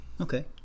okay